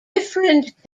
different